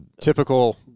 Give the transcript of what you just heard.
typical